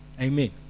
Amen